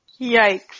Yikes